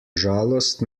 žalost